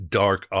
dark